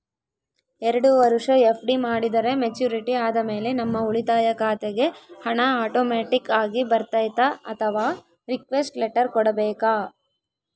ಎರಡು ವರುಷ ಎಫ್.ಡಿ ಮಾಡಿದರೆ ಮೆಚ್ಯೂರಿಟಿ ಆದಮೇಲೆ ನಮ್ಮ ಉಳಿತಾಯ ಖಾತೆಗೆ ಹಣ ಆಟೋಮ್ಯಾಟಿಕ್ ಆಗಿ ಬರ್ತೈತಾ ಅಥವಾ ರಿಕ್ವೆಸ್ಟ್ ಲೆಟರ್ ಕೊಡಬೇಕಾ?